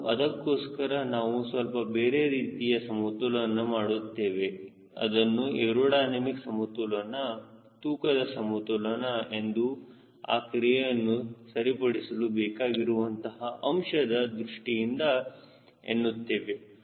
ಹಾಗೂ ಅದಕ್ಕೋಸ್ಕರ ನಾವು ಸ್ವಲ್ಪ ಬೇರೆ ರೀತಿಯ ಸಮತೋಲನವನ್ನು ಮಾಡುತ್ತೇವೆ ಅದನ್ನು ಏರೋಡೈನಮಿಕ್ ಸಮತೋಲನ ತೂಕದ ಸಮತೋಲನ ಎಂದು ಆ ಕ್ರಿಯೆಯನ್ನು ಸರಿಪಡಿಸಲು ಬೇಕಾಗಿರುವಂತಹ ಅಂಶದ ದೃಷ್ಟಿಯಿಂದ ಎನ್ನುತ್ತೇವೆ